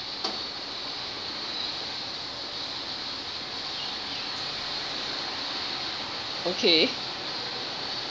okay